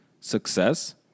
success